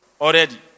already